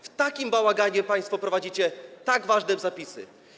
W takim bałaganie państwo wprowadzacie tak ważne zapisy.